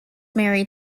married